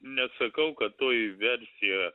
ne sakau kad toji versija